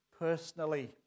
personally